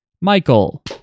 Michael